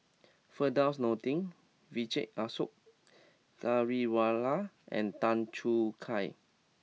Firdaus Nordin Vijesh Ashok Ghariwala and Tan Choo Kai